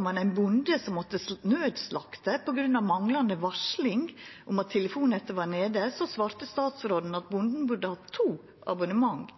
om ein bonde som måtte nødslakta på grunn av manglande varsling om at telefonnettet var nede, svarte statsråden at bonden burde hatt to abonnement